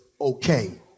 Okay